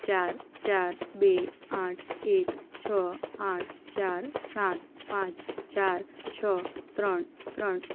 ચાર ચાર બે આઠ એક છ આઠ ચાર સાત પાંચ ચાર છ ત્રણ ત્રણ